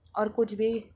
اور کچھ بھی